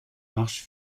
marche